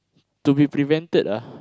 to be prevented ah